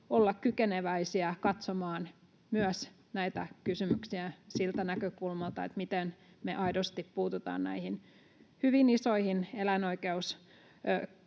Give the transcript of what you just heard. olla kykeneväisiä katsomaan myös näitä kysymyksiä siltä näkökulmalta, miten me aidosti puututaan näihin hyvin isoihin eläinoikeusongelmiin